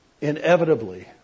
inevitably